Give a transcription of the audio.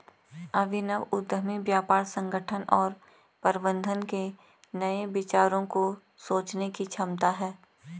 अभिनव उद्यमी व्यापार संगठन और प्रबंधन के नए विचारों को सोचने की क्षमता है